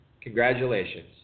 Congratulations